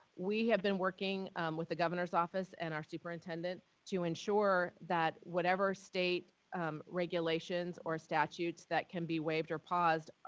we have been working with the governor's office and our superintendent to ensure that whatever state regulations or statutes that can be waived or paused,